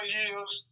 years